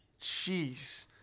jeez